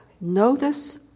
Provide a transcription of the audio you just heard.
Notice